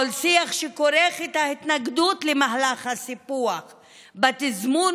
כל שיח שכורך את ההתנגדות למהלך הסיפוח בתזמון